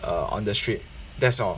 err on the street that's all